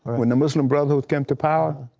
when the muslim brotherhood came to power,